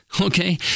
Okay